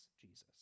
Jesus